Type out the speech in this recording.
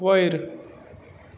वयर